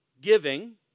giving